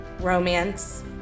romance